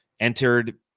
Entered